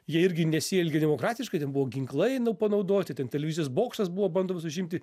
jie irgi nesielgė demokratiškai ten buvo ginklai panaudoti ten televizijos bokštas buvo bandomas užimti